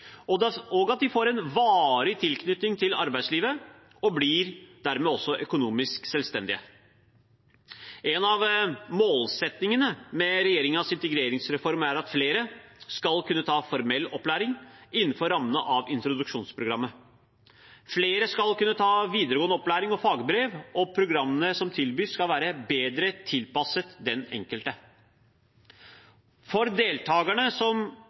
at de får en varig tilknytning til arbeidslivet og blir økonomisk selvstendige. En av målsettingene med regjeringens integreringsreform er at flere skal kunne ta formell opplæring innenfor rammene av introduksjonsprogrammet. Flere skal kunne ta videregående opplæring og fagbrev, og programmene som tilbys, skal være bedre tilpasset den enkelte. For deltakere som